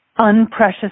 unprecious